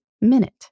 minute